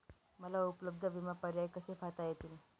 मला उपलब्ध विमा पर्याय कसे पाहता येतील?